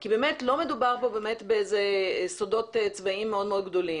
כי באמת לא מדובר פה באיזה סודות צבאיים מאוד מאוד גדולים.